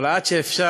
אבל עד שאפשר,